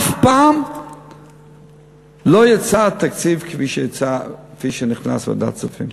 אף פעם לא יצא תקציב כפי שנכנס לוועדת הכספים.